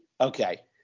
okay